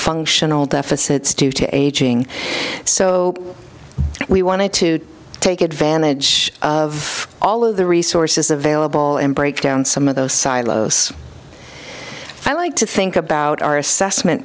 functional deficits two to aging so we wanted to take advantage of all of the resources available and break down some of those silos i like to think about our assessment